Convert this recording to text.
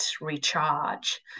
recharge